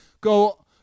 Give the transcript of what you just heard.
go